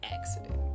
accident